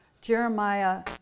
Jeremiah